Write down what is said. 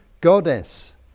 goddess